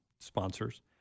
sponsors